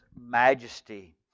majesty